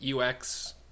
UX